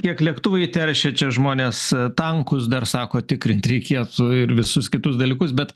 kiek lėktuvai teršia čia žmonės tankus dar sako tikrint reikėtų visus kitus dalykus bet